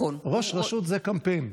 הוא כרגע ראש הרשות, ראש רשות זה קמפיין.